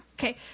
Okay